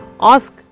ask